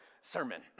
sermon